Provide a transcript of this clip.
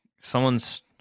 someone's